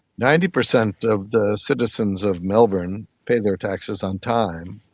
ninety percent of the citizens of melbourne pay their taxes on time,